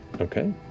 Okay